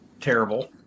terrible